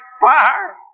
fire